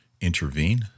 intervene